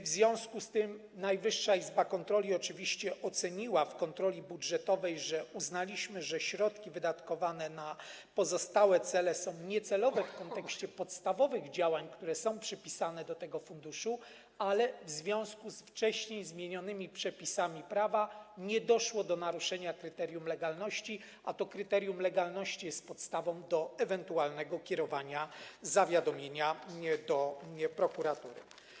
W związku z tym Najwyższa Izba Kontroli oczywiście oceniła to w kontroli budżetowej, uznaliśmy, że środki wydatkowane na pozostałe cele są niecelowe w kontekście podstawowych działań, które są przypisane do tego funduszu, ale w związku z wcześniej zmienionymi przepisami prawa nie doszło do naruszania kryterium legalności, a to kryterium legalności jest podstawą do ewentualnego kierowania zawiadomienia do prokuratury.